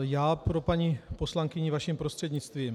Já pro paní poslankyni, vaším prostřednictvím.